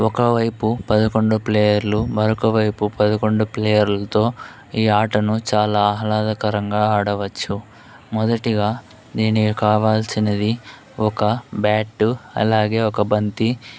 ఒకవైపు పదకొండు ప్లేయర్లు మరొకవైపు పదకొండు ప్లేయర్లతో ఈ ఆటను చాలా ఆహ్లాదకరంగా ఆడవచ్చు మొదటిగా దీనికావాల్సినది ఒక బ్యాటు అలాగే ఒక బంతి